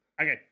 Okay